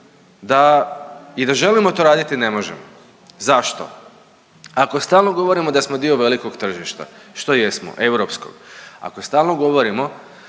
i da želimo to raditi ne možemo. Zašto? Ako stalno govorimo da smo dio velikog tržišta što jesmo, europskog, ako stalno govorimo